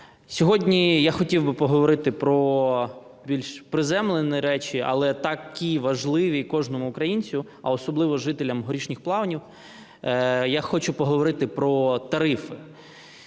Сьогодні я хотів би поговорити про більш приземлені речі, але такі важливі кожному українцю, а особливо жителям Горішніх Плавнів, я хочу поговорити про тарифи.